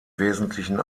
wesentlichen